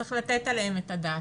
שצריך לתת עליהן את הדעת.